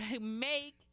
make